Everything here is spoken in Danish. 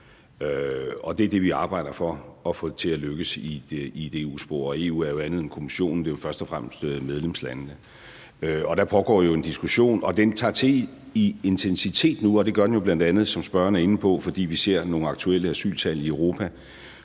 det er det, vi arbejder for at få til at lykkes i et EU-spor. EU er jo andet end Kommissionen; det er først og fremmest medlemslandene. Og der pågår en diskussion, og den tager til i intensitet nu, og det gør den bl.a. – som spørgeren er inde på – fordi vi ser nogle aktuelle asyltal i Europa,